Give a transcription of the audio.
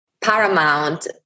paramount